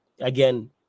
again